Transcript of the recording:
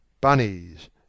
bunnies